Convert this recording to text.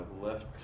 left